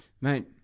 Mate